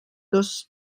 dos